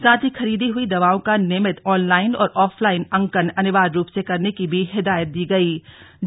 साथ ही खरीदी हुई दवाओं का नियमित ऑनलाइन और ऑफ लाइन अंकन अनिवार्य रूप से करने की भी हिदायत दी गई से किया जाए